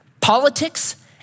politics